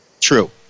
True